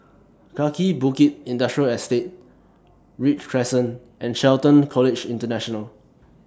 Kaki Bukit Industrial Estate Read Crescent and Shelton College International